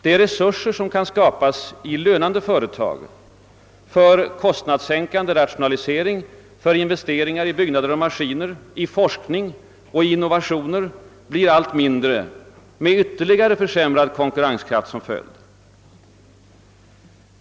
De resurser som kan skapas i lönande företag för kostnadssänkande rationalisering, för investeringar i byggnader och maskiner, i forskning och innovationer blir allt mindre, med ytterligare försämrad konkurrenskraft som följd.